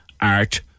art